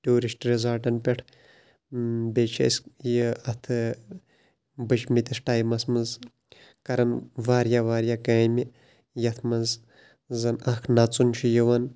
tourist رِزاٹَن پیٚٹھ بیٚیہِ چھِ أسۍ یہِ اَتھ بٔچمٕتِس ٹایمَس منٛز کَران واریاہ واریاہ کامہِ یِتھ منٛز زَن اَکھ نَژُن چھُ یِوان